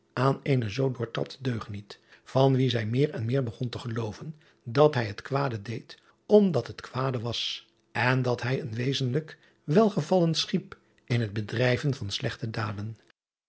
aan eenen zoo doortrapten deugniet van wien zij meer en meer begon te gelooven dat hij het kwade deed omdat het kwaad was en dat hij een wezenlijk welgevallen schiep in het bedrijven van slechte daden